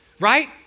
right